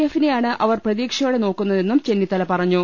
എഫിനെ യാണ് അവർ പ്രതീക്ഷയോടെ നോക്കുന്നതെന്നും ചെന്നിത്തല പറഞ്ഞു